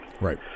Right